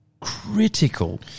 critical